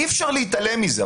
אי אפשר להתעלם מזה.